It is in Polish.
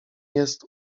jest